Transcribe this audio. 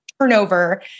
turnover